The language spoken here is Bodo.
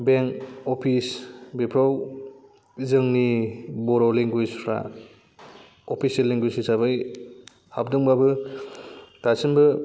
बेंक अफिस बेफोराव जोंनि बर' लेंगुवेज फ्रा अफिसियेल लेंगुवेज हिसाबै हाबदोंबाबो दासिमबो